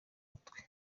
mutwe